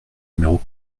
numéro